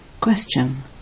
Question